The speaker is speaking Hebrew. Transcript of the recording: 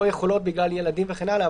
לא יכולות בגלל ילדים וכן הלאה,